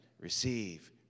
receive